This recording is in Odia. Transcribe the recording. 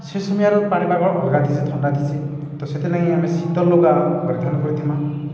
ସେ ସମିଆର ପାଣିପାଗ ଅଲ୍ଗା ଥିସି ଥଣ୍ଡା ଥିସି ତ ସେଥିଲାଗି ଆମେ ଶୀତ ଲୁଗା ପରିଧାନ୍ କର୍ମା